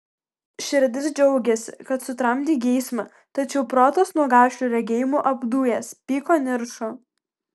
širdis džiaugėsi kad sutramdei geismą tačiau protas nuo gašlių regėjimų apdujęs pyko niršo